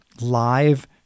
live